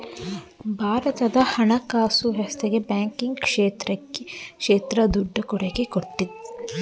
ಭಾರತದ ಹಣಕಾಸು ವ್ಯವಸ್ಥೆಗೆ ಬ್ಯಾಂಕಿಂಗ್ ಕ್ಷೇತ್ರ ದೊಡ್ಡ ಕೊಡುಗೆ ಕೊಟ್ಟವ್ರೆ